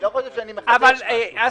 אסי,